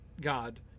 God